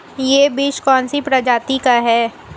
यह बीज कौन सी प्रजाति का है?